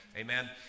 Amen